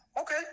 Okay